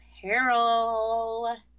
Peril